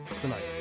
tonight